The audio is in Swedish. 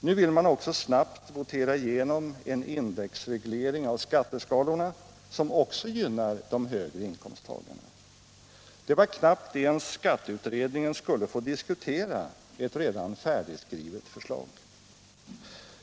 Nu vill man också snabbt votera igenom en indexreglering av skatteskalorna, som också gynnar de högre inkomsttagarna. Det var knappt att ens skatteutredningen skulle få diskutera ett redan färdigskrivet förslag.